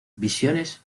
visiones